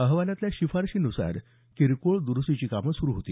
अहवालातल्या शिफारसीनुसार किरकोळ दरुस्तीची कामं सुरू होती